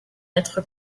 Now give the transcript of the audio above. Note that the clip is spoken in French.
être